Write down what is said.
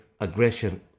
aggression